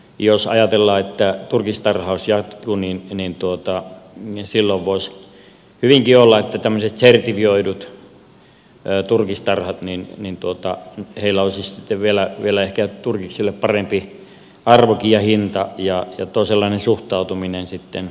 jos ajatellaan että turkistarhaus jatkuu niin silloin voisi hyvinkin olla että tämmöisillä sertifioiduilla turkistarhoilla olisi sitten vielä ehkä turkiksille parempi arvokin ja hinta ja toisenlainen suhtautuminen sitten näihin yrittäjiin